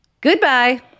Goodbye